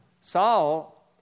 Saul